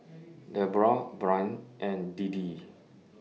Debra Bryn and Deedee